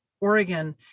Oregon